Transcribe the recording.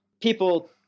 people